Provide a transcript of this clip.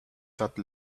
that